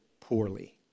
poorly